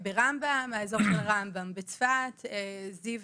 ברמב"ם האזור של רמב"ם, בזיו